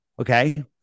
Okay